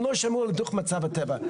הם לא שמעו על דוח מצב הטבע,